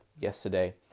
yesterday